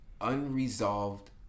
unresolved